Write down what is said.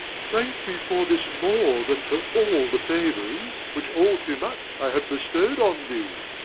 thank me for this more than for all the favours which, all too much, i have bestow'd on thee.